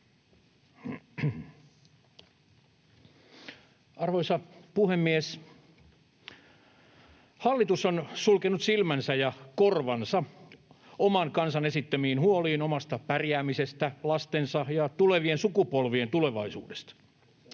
Arvoisa puhemies! Hallitus on sulkenut silmänsä ja korvansa oman kansansa esittämiltä huolilta omasta pärjäämisestään, lastensa ja tulevien sukupolvien tulevaisuudesta.